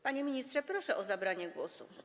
Panie ministrze, proszę o zabranie głosu.